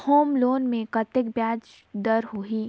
Home loan मे कतेक ब्याज दर होही?